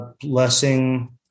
blessing